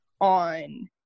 on